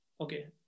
Okay